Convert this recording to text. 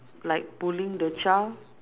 like pulling the child